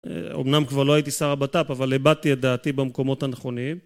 אמנם כבר לא הייתי שר הבט"פ אבל הבעתי את דעתי במקומות הנכוניים